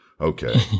Okay